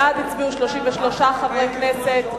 בעד הצביעו 33 חברי כנסת,